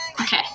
Okay